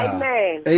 Amen